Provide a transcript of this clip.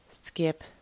skip